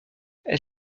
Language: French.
elle